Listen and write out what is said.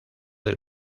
del